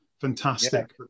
fantastic